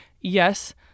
Yes